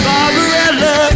Barbarella